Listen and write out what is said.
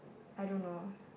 I don't know